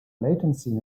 latency